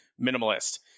minimalist